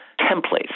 templates